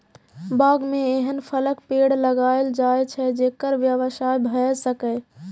बाग मे एहन फलक पेड़ लगाएल जाए छै, जेकर व्यवसाय भए सकय